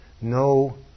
No